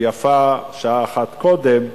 ויפה שעה אחת קודם,